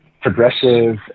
progressive